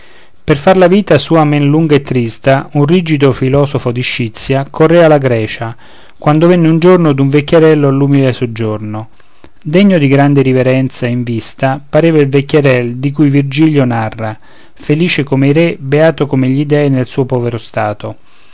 per far la vita sua men lunga e trista un rigido filosofo di scizia correa la grecia quando venne un giorno d'un vecchierello all'umile soggiorno degno di grande riverenza in vista pareva il vecchierel di cui virgilio narra felice come i re beato come gli dèi nel suo povero stato